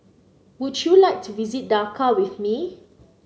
would you like to visit Dhaka with me